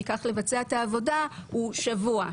שייקח לבצע את העבודה הוא שבוע,